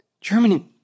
Germany